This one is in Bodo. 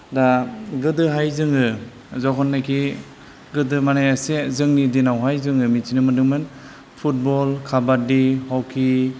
दा गोदोहाय जोङो जखननेकि गोदो माने एसे जोंनि दिनावहाय जोङो मिथिनो मोन्दोंमोन फुटबल काबाद्दि हकि